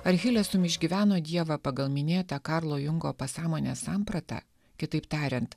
ar hilesum išgyveno dievą pagal minėtą karlo jungo pasąmonės sampratą kitaip tariant